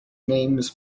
names